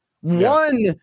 One